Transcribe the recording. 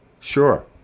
Sure